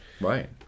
right